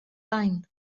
sein